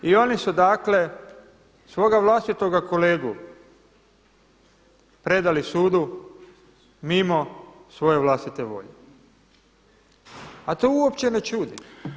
I oni su dakle svoga vlastitoga kolegu predali sudu mimo svoje vlastite volje a to uopće ne čudi.